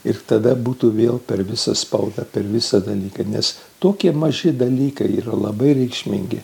ir tada būtų vėl per visą spaudą per visą dalyką nes tokie maži dalykai yra labai reikšmingi